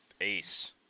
ace